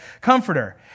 comforter